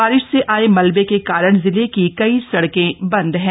बारिश से आये मलबे के कारण जिले की कई सड़कें बंद हैं